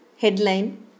headline